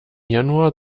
januar